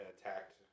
attacked